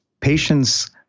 Patients